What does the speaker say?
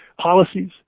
policies